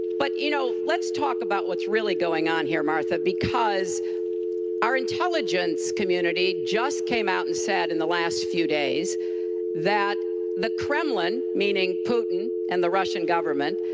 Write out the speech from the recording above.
but, you know, let's talk about what's really going on here, martha because our intelligence community just came out and said in the last few days that the kremlin, meaning putin and the russian government,